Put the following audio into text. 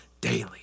daily